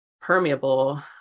permeable